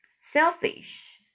selfish